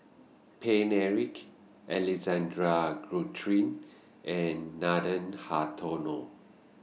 Paine Eric Alexander Guthrie and Nathan Hartono